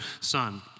son